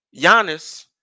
Giannis